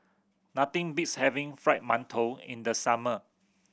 nothing beats having Fried Mantou in the summer